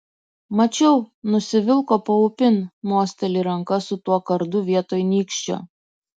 mačiau nusivilko paupin mosteli ranka su tuo kardu vietoj nykščio